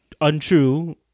untrue